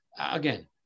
again